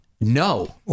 No